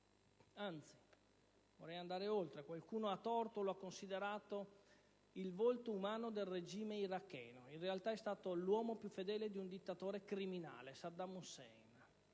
una pena esemplare. Qualcuno a torto lo ha considerato il volto umano del regime iracheno; in realtà, è stato l'uomo più fedele di un dittatore criminale, Saddam Hussein.